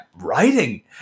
writing